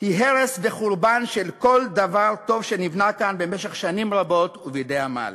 היא הרס וחורבן של כל דבר טוב שנבנה כאן במשך שנים רבות ובדי עמל.